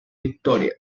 victoria